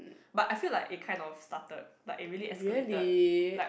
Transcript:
but I feel like it kind of started like it really escalated like